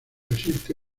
existe